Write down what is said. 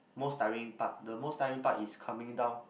most tiring part the most tiring part is coming down